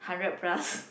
hundred plus